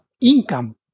income